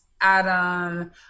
Adam